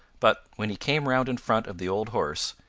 but when he came round in front of the old horse,